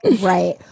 right